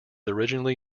originally